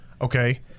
okay